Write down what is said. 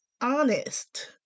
honest